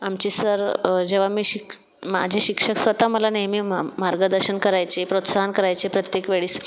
आमचे सर जेव्हा मी शिक माझे शिक्षक स्वतः मला नेहमी मा मार्गदर्शन करायचे प्रोत्साहन करायचे प्रत्येकवेळेस